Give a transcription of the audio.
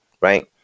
right